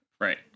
Right